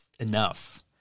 enough